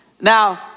Now